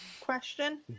Question